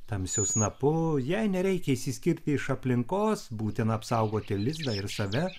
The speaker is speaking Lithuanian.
tamsiu snapu jai nereikia išsiskirti iš aplinkos būtina apsaugoti lizdą ir save